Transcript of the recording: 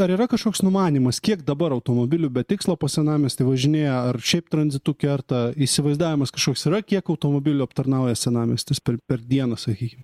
ar yra kažkoks numanymas kiek dabar automobilių be tikslo po senamiestį važinėja ar šiaip tranzitu kerta įsivaizdavimas kažkoks yra kiek automobilių aptarnauja senamiestis per dieną sakykim